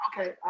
okay